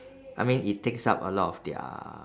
I mean it takes up a lot of their